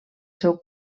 seu